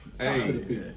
Hey